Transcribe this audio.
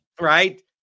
right